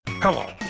Hello